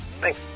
thanks